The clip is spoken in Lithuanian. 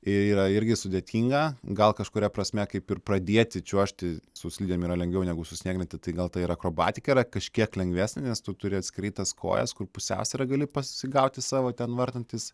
yra irgi sudėtine gal kažkuria prasme kaip ir pradėti čiuožti su slidėm yra lengviau negu su snieglente tai gal tai ir akrobatika yra kažkiek lengvesnė nes tu turi atskirai tas kojas kur pusiausvyrą gali pasigauti savo ten vartantis